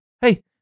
Hey